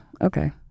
Okay